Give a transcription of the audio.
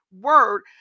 word